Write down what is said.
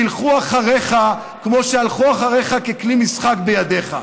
ילכו אחריך כמו שהלכו אחריך ככלי משחק בידיך.